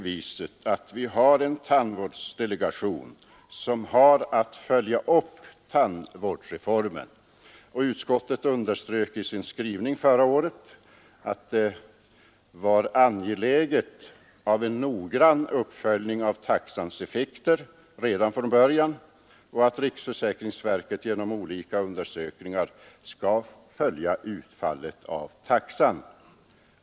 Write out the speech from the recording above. Vi har en tandvårdsdelegation som har att följa upp tandvårdsreformen. Utskottet underströk i sin skrivning förra året att det var angeläget med en noggrann uppföljning av taxans effekter redan från början. Riksförsäkringsverket skall också genom olika undersökningar följa utfallet av taxan.